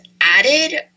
added